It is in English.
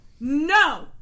no